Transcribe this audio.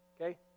okay